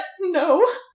No